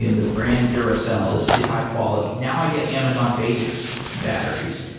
and the brand duracell is is high quality. now i get amazon basics batteries.